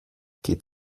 geht